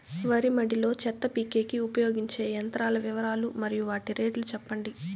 వరి మడి లో చెత్త పీకేకి ఉపయోగించే యంత్రాల వివరాలు మరియు వాటి రేట్లు చెప్పండి?